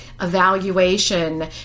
evaluation